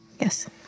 Yes